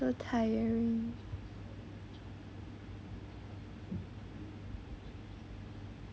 so tiring